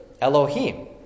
Elohim